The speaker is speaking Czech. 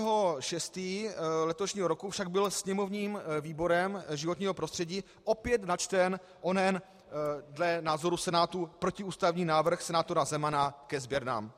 Dne 19. 6. letošního roku však byl sněmovním výborem životního prostředí opět načten onen dle názoru Senátu protiústavní návrh senátora Zemana ke sběrnám.